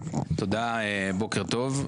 תודה, בוקר טוב.